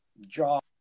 Job